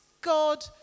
God